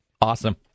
Awesome